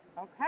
Okay